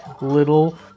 little